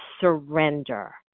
surrender